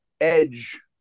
edge